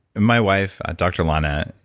my wife, doctor lana,